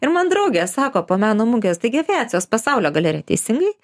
ir man draugės sako po meno mugės taigi aviacijos pasaulio galerija teisingai